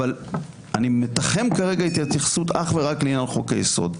אבל אני מתחם כרגע את ההתייחסות אך ורק מחוק היסוד.